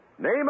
Name